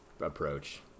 approach